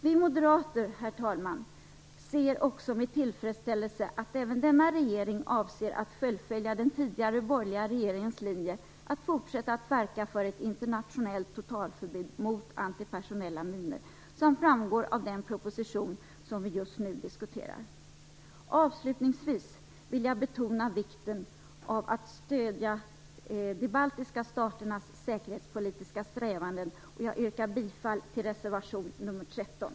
Vi moderater, herr talman, ser med tillfredsställelse att även denna regering avser att fullfölja den tidigare borgerliga regeringens linje att fortsätta verka för ett internationellt totalförbud mot antipersonella minor, vilket framgår av den proposition som vi nu diskuterar. Avslutningsvis vill jag betona vikten av att stödja de baltiska staternas säkerhetspolitiska strävanden. Jag yrkar bifall till reservation nr 13.